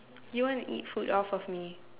you want to eat food off of me